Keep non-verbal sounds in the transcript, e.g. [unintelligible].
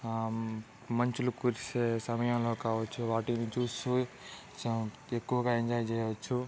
మంచులు కురిసే సమయంలో కావచ్చు వాటిని చూస్తూ [unintelligible] ఎక్కువగా ఎంజాయ్ చేయొచ్చు